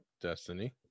Destiny